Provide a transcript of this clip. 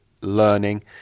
learning